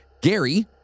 Gary